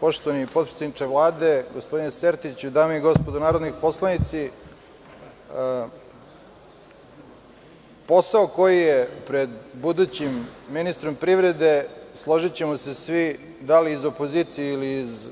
Poštovani potpredsedniče Vlade, gospodine Sertiću, dame i gospodo narodni poslanici, posao koji je pred budućim ministrom privrede, složićemo se svi, da li iz opozicije ili iz